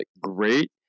great